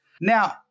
Now